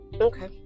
Okay